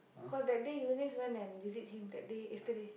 cause that day Eunice went and visit him that day yesterday